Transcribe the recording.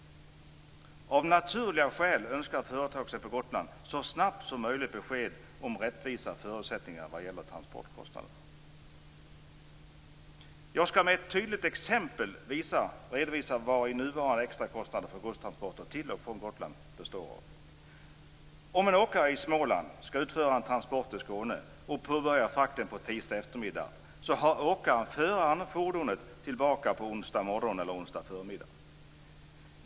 Av naturliga skäl önskar företagsamheten på Gotland så snabbt som möjligt besked om rättvisa förutsättningar vad gäller transportkostnader. Jag skall med ett tydligt exempel redovisa vari nuvarande extrakostnader för godstransporter till och från Gotland består. Om en åkare i Småland skall utföra en transport till Skåne och påbörjar frakten på tisdag eftermiddag har åkaren föraren med fordonet tillbaka på onsdag morgon eller förmiddag.